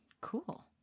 cool